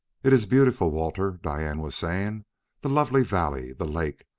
it is beautiful, walter, diane was saying the lovely valley, the lake,